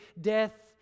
death